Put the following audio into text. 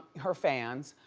her fans.